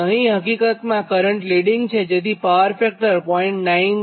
અને અહીં કરંટ હકીકતમાં લિડીંગ છેતેથી પાવર ફેક્ટર 0